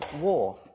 war